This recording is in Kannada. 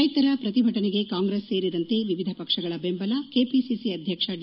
ರೈತರ ಪ್ರತಿಭಟನೆಗೆ ಕಾಂಗ್ರೆಸ್ ಸೇರಿದಂತೆ ವಿವಿಧ ಪಕ್ಷಗಳ ಬೆಂಬಲ ಕೆಪಿಸಿಸಿ ಅಧ್ಯಕ್ಷ ಡಿ